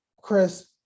Chris